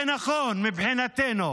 זה נכון מבחינתנו